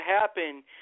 happen